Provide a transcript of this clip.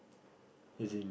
as in